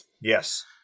Yes